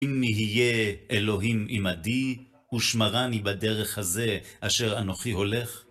אם יהיה אלוהים עמדי, ושמרני בדרך הזה אשר אנכי הולך